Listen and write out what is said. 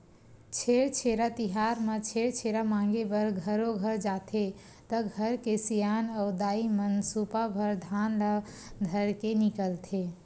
छेरछेरा तिहार म छेरछेरा मांगे बर घरो घर जाथे त घर के सियान अऊ दाईमन सुपा भर धान ल धरके निकलथे